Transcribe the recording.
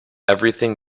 everything